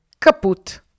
kaput